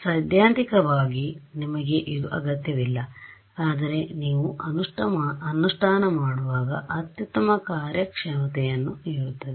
ಸೈದ್ಧಾಂತಿಕವಾಗಿ ನಿಮಗೆ ಇದು ಅಗತ್ಯವಿಲ್ಲ ಆದರೆ ನೀವು ಅನುಷ್ಠಾನಮಾಡುವಾಗ ಅತ್ಯುತ್ತಮ ಕಾರ್ಯಕ್ಷಮತೆಯನ್ನು ನೀಡುತ್ತದೆ